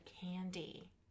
candy